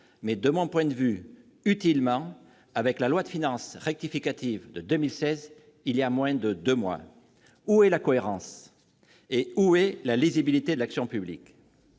mais de mon point de vue utilement, avec la loi de finances rectificative de 2016, voilà moins de deux mois. Où est la cohérence ? Où est la lisibilité de l'action publique ?